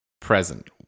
present